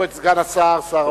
יש לנו סגן שר, שר האוצר.